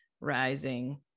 rising